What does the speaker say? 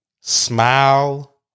smile